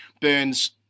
Burns